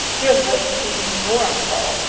here the voice became even more awful.